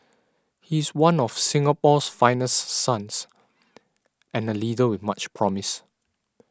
he is one of Singapore's finest sons and a leader with much promise